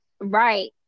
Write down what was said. Right